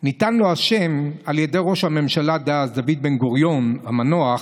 ניתן לו השם על ידי ראש הממשלה דאז דוד בן-גוריון המנוח,